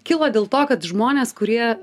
kilo dėl to kad žmonės kurie